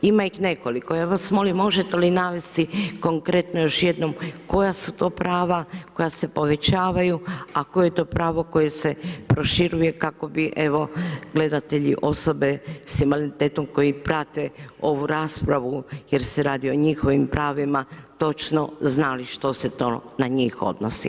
Ima ih nekoliko, ja vas molim, možete li navesti, konkretno još jednom, koja su to prava, koja se povećavaju, a koja to pravo koja se proširuju, kako bi evo, gledatelji, osobe s invaliditetom, koja prate ovu raspravu, jer se radi i o njihovim pravima, točno znali što se to na njih odnosi.